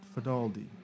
Fadaldi